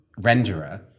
renderer